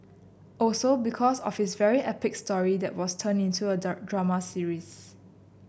also because of his very epic story that was turned into a drama series